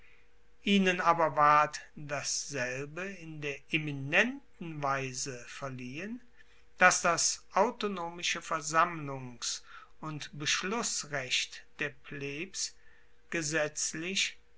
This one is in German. ihnen aber ward dasselbe in der eminenten weise verliehen dass das autonomische versammlungs und beschlussrecht der plebs gesetzlich